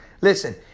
Listen